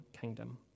kingdom